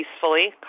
peacefully